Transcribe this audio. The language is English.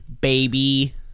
baby